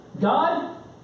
God